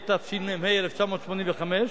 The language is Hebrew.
התשמ"ה 1985,